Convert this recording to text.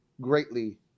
Greatly